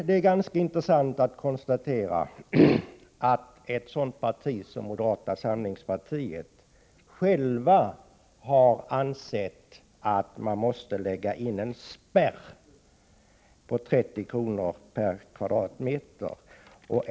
Det är intressant att konstatera att ett sådant parti som moderata samlingspartiet självt ansett att man måste lägga in en spärr vid 30 kr. per m?.